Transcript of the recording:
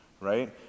right